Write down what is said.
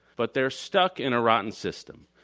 but they're stuck in a rotten system.